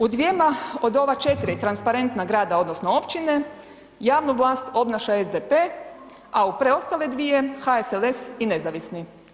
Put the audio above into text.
U dvjema od ova 4 transparentna grada, odnosno općine, javnu vlast obnaša SDP, a u preostale dvije HSLS i nezavisni.